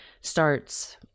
starts